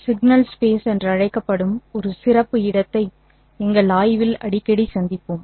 signal space என்று அழைக்கப்படும் ஒரு சிறப்பு இடத்தை எங்கள் ஆய்வில் அடிக்கடி சந்திப்போம்